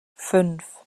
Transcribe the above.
fünf